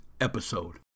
episode